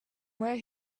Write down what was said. where